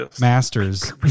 masters